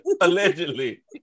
Allegedly